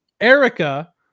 erica